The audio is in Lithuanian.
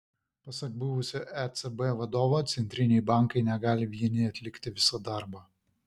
pasak buvusio ecb vadovo centriniai bankai negali vieni atlikti viso darbo